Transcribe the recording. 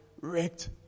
wrecked